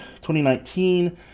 2019